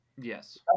Yes